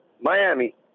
Miami